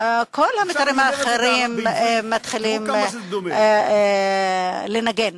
כל המיתרים האחרים מתחילים לנגן).